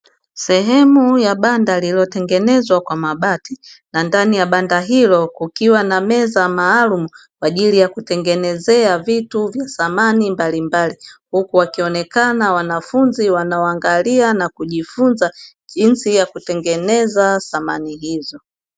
Sehemu ya banda lililotengenezwa kwa mabati, na ndani ya banda hilo kukiwa na meza maalumu kwa ajili ya kutengeneza vitu vya smani mbalimbali, huku wakionekana wanafunzi wanaoangalia na kujifunza jinsi ya kutengeneza samani hizo.